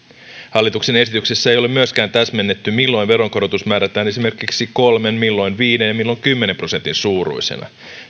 hallituksen esityksessä ei ole myöskään täsmennetty milloin veronkorotus määrätään esimerkiksi kolmen milloin viiden ja milloin kymmenen prosentin suuruisena